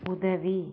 உதவி